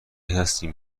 هستیم